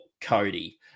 Cody